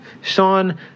Sean